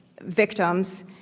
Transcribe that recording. victims